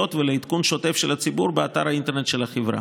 ולעדכון שוטף של הציבור באתר האינטרנט של החברה.